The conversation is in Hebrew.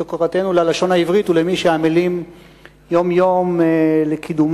את הוקרתנו ללשון העברית ולמי שעמלים יום-יום לקידומה,